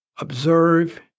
observe